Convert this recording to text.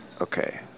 Okay